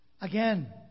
Again